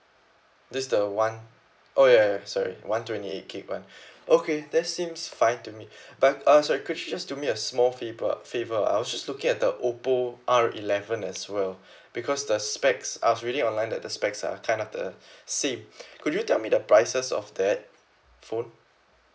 this the one oh ya ya sorry one twenty eight gig one okay that seems fine to me but uh sorry could you just do me a small favour favour I was just looking at the oppo R eleven as well because the specs I was reading online that the specs are kind of the same could you tell me the prices of that phone